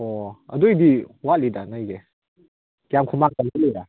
ꯑꯣ ꯑꯗꯨꯏꯗꯤ ꯋꯥꯠꯂꯤꯗ ꯅꯣꯏꯒꯤ ꯀꯌꯥꯝ ꯈꯨꯃꯥꯡ